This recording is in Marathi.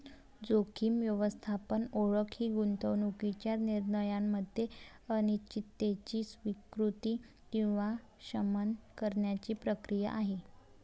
जोखीम व्यवस्थापन ओळख ही गुंतवणूकीच्या निर्णयामध्ये अनिश्चिततेची स्वीकृती किंवा शमन करण्याची प्रक्रिया आहे